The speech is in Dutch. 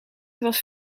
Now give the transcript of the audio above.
was